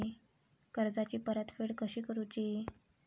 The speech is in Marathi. कर्जाची परतफेड कशी करूची?